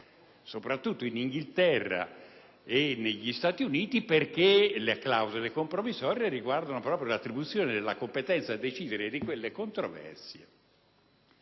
soprattutto in Inghilterra e negli Stati Uniti, perché le clausole compromissorie riguardano proprio l'attribuzione della competenza a decidere di quelle controversie